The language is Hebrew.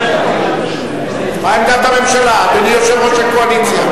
מה עמדת הממשלה, אדוני יושב-ראש הקואליציה?